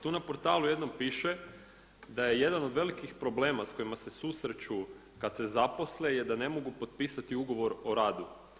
Tu na portalu jednom piše da je jedan od velikih problema s kojima se susreću kada se zaposle je da ne mogu potpisati ugovor o radu.